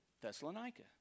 Thessalonica